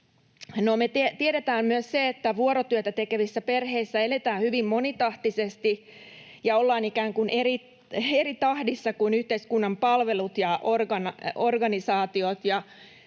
tiedetään myös se, että vuorotyötä tekevissä perheissä eletään hyvin monitahtisesti ja ollaan ikään kuin eri tahdissa kuin yhteiskunnan palvelut ja organisaatiot.